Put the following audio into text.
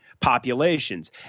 populations